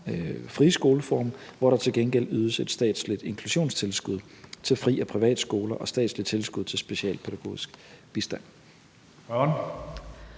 friskoleformen, hvor der til gengæld ydes et statsligt inklusionstilskud til fri- og privatskoler og et statsligt tilskud til specialpædagogisk bistand.